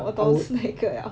我懂是哪一个了